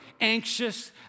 anxious